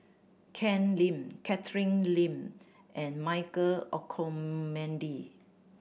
Ken Lim Catherine Lim and Michael Olcomendy